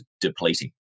depleting